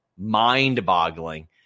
mind-boggling